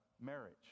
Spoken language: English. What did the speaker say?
marriage